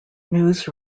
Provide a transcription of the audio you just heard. news